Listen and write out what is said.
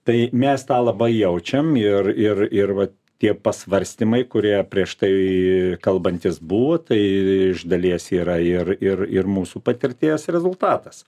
tai mes tą labai jaučiam ir ir ir va tie pasvarstymai kurie prieš tai kalbantis buvo tai iš dalies yra ir ir ir mūsų patirties rezultatas